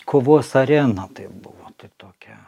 kovos arena tai buvo tai tokia